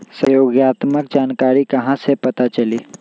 सहयोगात्मक जानकारी कहा से पता चली?